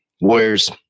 Warriors